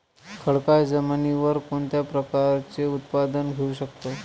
खडकाळ जमिनीवर कोणत्या प्रकारचे उत्पादन घेऊ शकतो?